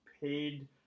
Paid